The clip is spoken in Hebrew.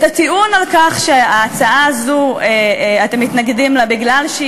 את הטיעון על כך שאתם מתנגדים להצעה הזו מכיוון שהיא